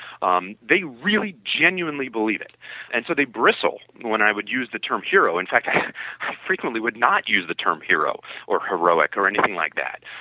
um they really genuinely believe it and so they bristled when i would use the term hero. in fact i frequently would not use the term hero or heroic or anything like that.